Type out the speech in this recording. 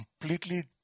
completely